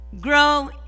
Grow